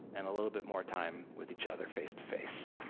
and a little bit more time with each other, face to face?